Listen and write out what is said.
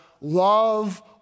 love